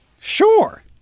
sure